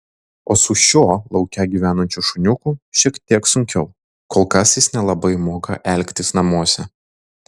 o su šiuo lauke gyvenančiu šuniuku šiek tiek sunkiau kol kas jis nelabai moka elgtis namuose